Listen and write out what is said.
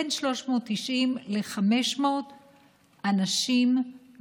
בין 390 ל-500 אנשים,